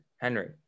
Henry